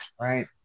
right